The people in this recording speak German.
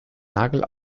nagel